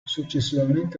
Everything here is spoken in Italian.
successivamente